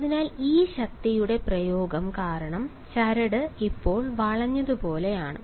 അതിനാൽ ഈ ശക്തിയുടെ പ്രയോഗം കാരണം ചരട് ഇപ്പോൾ വളഞ്ഞതുപോലെയാണ്